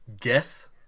Guess